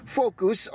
focus